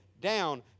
down